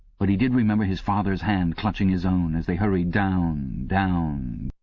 but he did remember his father's hand clutching his own as they hurried down, down,